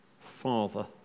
Father